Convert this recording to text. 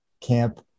camp